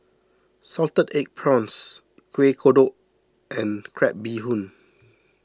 Salted Egg Prawns Kuih Kodok and Crab Bee Hoon